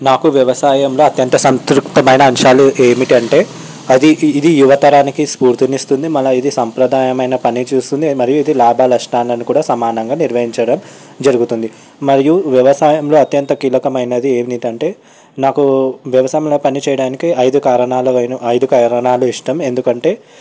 నాకు వ్యవసాయంలో అత్యంత సంతృప్తమైన అంశాలు ఏమిటంటే అది ఇది యువతరానికి స్ఫూర్తినిస్తుంది మళ్ళా ఇది సంప్రదాయమైన పని చూస్తుంది మరి ఇది లాభాలు నష్టాలను కూడా సమానంగా నిర్వహించడం జరుగుతుంది మరియు వ్యవసాయంలో అత్యంత కీలకమైనది ఏమిటంటే నాకు వ్యవసాయంలో పని చేయడానికి ఐదు కారణాలు అయిన ఐదు కారణాలు ఇష్టం ఎందుకంటే